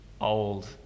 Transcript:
old